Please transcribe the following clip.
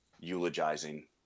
eulogizing